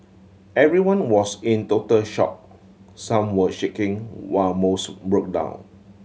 everyone was in total shock some were shaking while most broke down